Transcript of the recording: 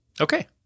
Okay